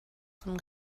von